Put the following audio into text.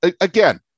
Again